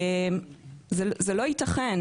זה לא ייתכן.